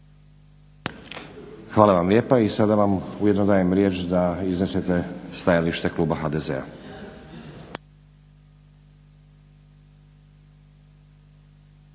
Hvala vam lijepo i sada vam ujedno dajem riječ da iznesete stajalište kluba HDZ-a.